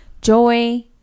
joy